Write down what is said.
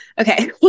okay